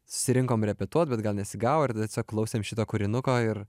susirinkom repetuot bet gal nesigavo ir tiesiog klausėm šito kūrinuko ir